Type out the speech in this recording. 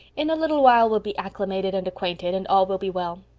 in a little while we'll be acclimated and acquainted, and all will be well.